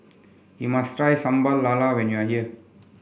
you must try Sambal Lala when you are here